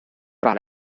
par